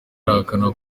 arahakana